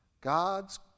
God's